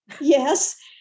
Yes